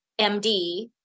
MD